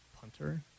punter